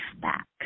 back